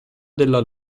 della